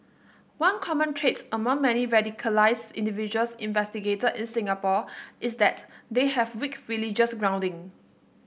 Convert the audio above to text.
one common trait among many radicalised individuals investigated in Singapore is that they have weak religious grounding